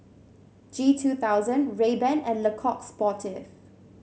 G two thousand Rayban and Le Coq Sportif